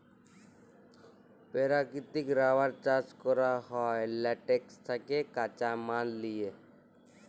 পেরাকিতিক রাবার চাষ ক্যরা হ্যয় ল্যাটেক্স থ্যাকে কাঁচা মাল লিয়ে